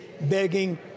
begging